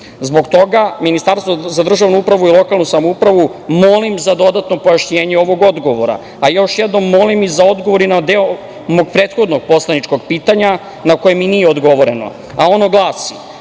Zbog toga Ministarstvo za državnu upravu i lokalnu samoupravu molim za dodatno pojašnjenje ovog odgovora. Još jednom molim i za odgovor i na deo mog prethodnog poslaničkog pitanja na koje mi nije odgovoreno, a ono glasi